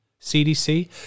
CDC